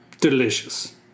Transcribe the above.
delicious